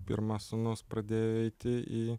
pirmas sūnus pradėjo eiti į